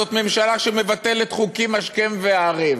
זאת ממשלה שמבטלת חוקים השכם והערב.